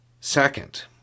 Second